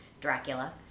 Dracula